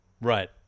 Right